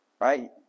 right